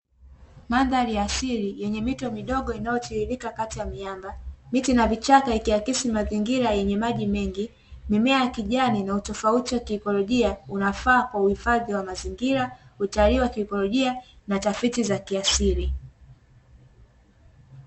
Mandhari ya asili yenye mito midogo inayotiririka kati ya miamba, miti na vichaka, ikiakisi mazingira yenye maji mengi, mimea ya kijani na utofauti wa kiikolojia unafaa kwa uhifadhi wa mazingira utalii wa kiikolojia na tafiti za kiasili.